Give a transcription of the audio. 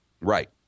Right